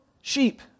sheep